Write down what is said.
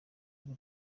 byo